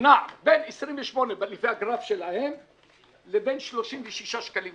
נע בין 28 לפי הגרף שלהם לבין 36 שקלים.